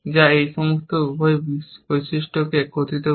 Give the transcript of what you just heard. যা এই উভয় বৈশিষ্ট্যকে একত্রিত করে